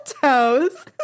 toes